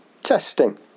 Testing